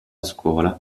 scuola